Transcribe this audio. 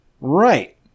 Right